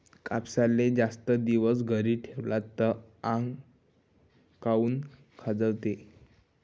कापसाले जास्त दिवस घरी ठेवला त आंग काऊन खाजवते?